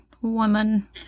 woman